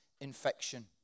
infection